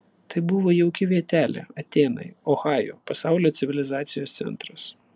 tai buvo jauki vietelė atėnai ohajo pasaulio civilizacijos centras